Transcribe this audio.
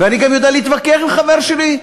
ואני גם יודע להתווכח עם חבר שלי,